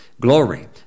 Glory